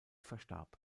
verstarb